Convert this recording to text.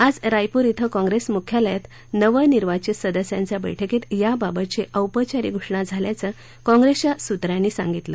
आज रायपुर श्व कांग्रेस मुख्यालयात नवनिर्वाचित सदस्यांच्या बैठकीत याबाबतची औपचारिक घोषणा झाल्याचं काँग्रेसच्या सूत्रांनी सांगितलं